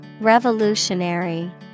Revolutionary